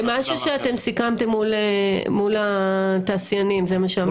זה מה שאתם סיכמתם מול התעשיינים, זה מה שאמרת.